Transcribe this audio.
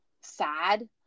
sad